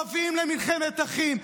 מביאים למלחמת אחים,